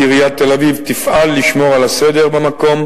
עיריית תל-אביב תפעל לשמור על הסדר במקום,